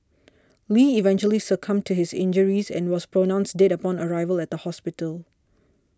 lee eventually succumbed to his injuries and was pronounced dead upon arrival at the hospital